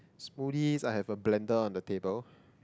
smoothie I have a blender on the table